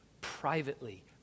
privately